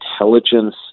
intelligence